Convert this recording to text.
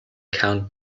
count